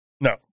no